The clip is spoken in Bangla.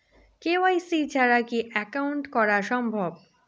কে.ওয়াই.সি ছাড়া কি একাউন্ট করা সম্ভব?